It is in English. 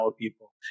people